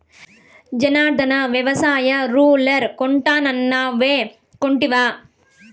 జనార్ధన, వ్యవసాయ రూలర్ కొంటానన్నావ్ కొంటివా